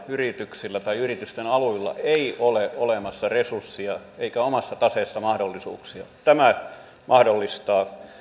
yrityksillä tai yritysten aluilla ei ole olemassa resursseja eikä omassa taseessa mahdollisuuksia tämä mahdollistaa